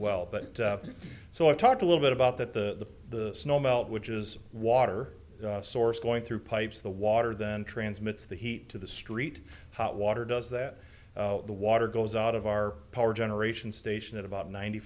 well but so i talked a little bit about that the the snow melt which is water source going through pipes the water then transmits the heat to the street hot water does that the water goes out of our power generation station at about ninety